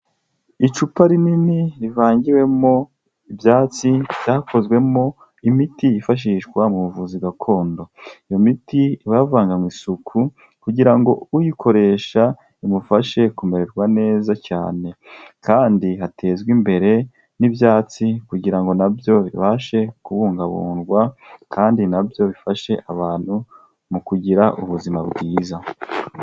Icupa rinini rivangiwemo ibyatsi byakozwemo imiti yifashishwa mu buvuzi gakondo, iyo miti iba yavanganywe isuku kugira ngo uyikoresha imufashe kumererwa neza cyane kandi hatezwe imbere n'ibyatsi kugira ngo na byo bibashe kubungabungwa kandi na byo bifashe abantu mu kugira ubuzima bwiza.